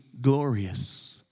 glorious